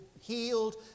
healed